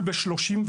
נסגרו.